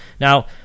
Now